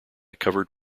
covered